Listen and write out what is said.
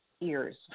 ears